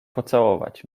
pocałować